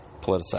politicize